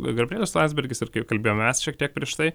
gabrielius landsbergis ir kaip kalbėjom mes šiek tiek prieš tai